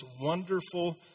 wonderful